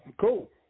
Cool